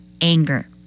anger